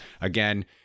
Again